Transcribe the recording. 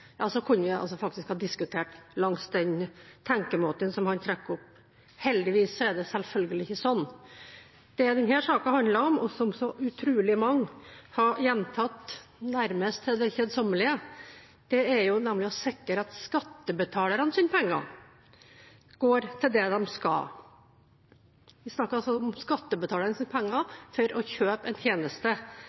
kunne vi faktisk ha diskutert langs den tenkemåten som han trekker opp. Heldigvis er det selvfølgelig ikke sånn. Det denne saken handler om, og som så utrolig mange har gjentatt nærmest til det kjedsommelige, er å sikre at skattebetalernes penger går til det de skal. Vi snakker altså om skattebetalernes penger for å kjøpe en tjeneste